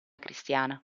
cristiana